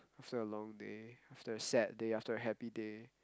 is a long day after a sad day after a happy day